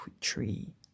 tree